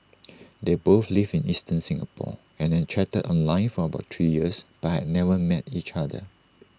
they both lived in eastern Singapore and had chatted online for about three years but had never met each other